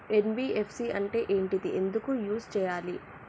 NBFC అంటే ఏంటిది ఎందుకు యూజ్ చేయాలి?